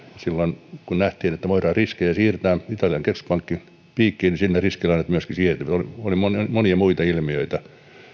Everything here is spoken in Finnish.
silloin kun nähtiin että voidaan riskejä siirtää italian keskuspankin piikkiin ja sinne riskilainat myöskin siirtyivät oli monia muitakin ilmiöitä